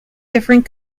different